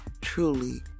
truly